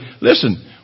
listen